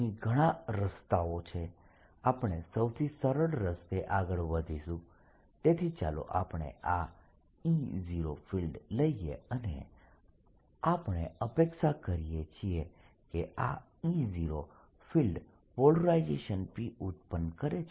અહીં ઘણા રસ્તાઓ છે આપણે સૌથી સરળ રસ્તે આગળ વધીશું તેથી ચાલો આપણે આ E0 ફિલ્ડ લઈએ અને આપણે અપેક્ષા કરીએ છીએ કે આ E0 ફિલ્ડ પોલરાઇઝેશન P ઉત્પન્ન કરે છે